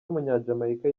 w’umunyajamayika